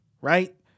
right